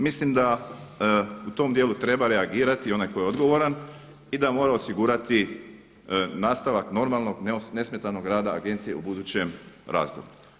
Mislim da u tom dijelu treba reagirati onaj tko je odgovoran i da mora osigurati nastavak normalnog nesmetanog rada agencije u budućem razdoblju.